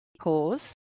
pause